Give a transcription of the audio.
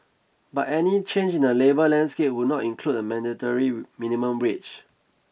but any change in the labour landscape would not include a mandatory minimum wage